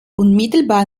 unmittelbar